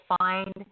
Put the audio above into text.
find